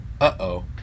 Uh-oh